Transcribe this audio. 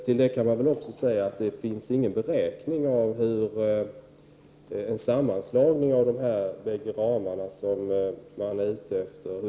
Till det kan också sägas att det inte har gjorts någon beräkning av hur en sammanslagning av dessa bägge ramar skulle påverka bidragsbeloppen.